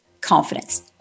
confidence